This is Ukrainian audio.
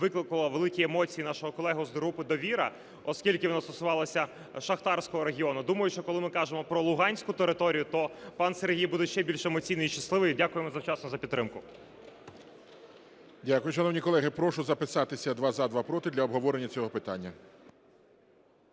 викликало великі емоції у нашого колеги з групи "Довіра", оскільки воно стосувалося шахтарського регіону. Думаю, що коли ми кажемо про луганську територію, то пан Сергій буде ще більш емоційний і щасливий. Дякуємо за вчасну підтримку. ГОЛОВУЮЧИЙ. Дякую. Шановні колеги, прошу записатися: два – за, два – проти, для обговорення цього питання.